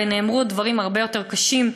ונאמרו דברים הרבה יותר קשים.